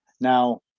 now